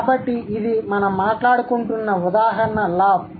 కాబట్టి ఇది మనం మాట్లాడుకుంటున్న ఉదాహరణ లాఫ్